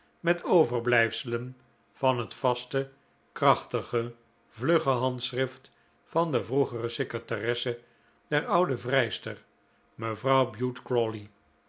met overblijfselen van het vaste krachtige vlugge handschrift van de vroegere secretaresse der oude vrijster mevrouw bute